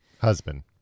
husband